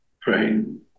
praying